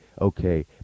okay